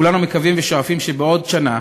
כולנו מקווים ושואפים שבעוד שנה,